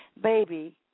Baby